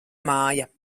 māja